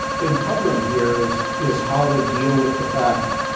been covering here is is how to deal with the fact,